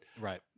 Right